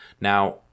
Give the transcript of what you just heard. Now